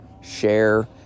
share